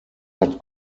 hat